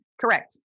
Correct